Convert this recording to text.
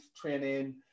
training